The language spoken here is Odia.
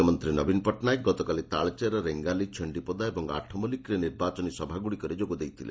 ମୁଖ୍ୟମନ୍ତୀ ନବୀନ ପଟ୍ଟନାୟକ ଗତକାଲି ତାଳଚେର ରେଙ୍ଗାଲି ଛେଣ୍ଡିପଦା ଏବଂ ଆଠମଲ୍କିକରେ ନିର୍ବାଚନୀ ସଭାଗୁଡ଼ିକରେ ଯୋଗ ଦେଇଥିଲେ